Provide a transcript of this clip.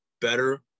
better